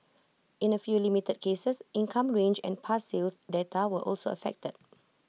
in A few limited cases income range and past sales data were also affected